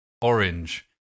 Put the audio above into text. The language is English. orange